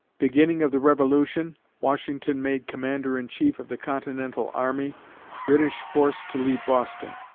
beginning of the revolution washington made commander-in-chief of the continental army british forced to leave boston.